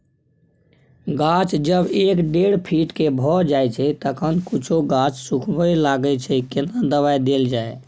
गाछ जब एक डेढ फीट के भ जायछै तखन कुछो गाछ सुखबय लागय छै केना दबाय देल जाय?